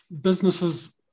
businesses